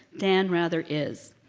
dan rather is.